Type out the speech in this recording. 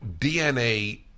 DNA